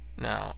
Now